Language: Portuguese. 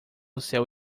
céu